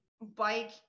bike